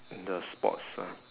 the sports ah